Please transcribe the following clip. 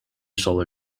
solar